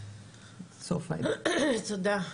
תודה,